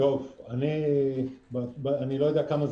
היינו לוליינים כדי להביא החלטת ממשלה שכל בר-דעת